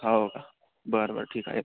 हो का बरं बरं ठीक आहे